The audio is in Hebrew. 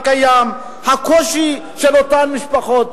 הקושי של אותן משפחות.